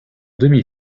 demi